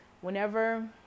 whenever